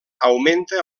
augmenta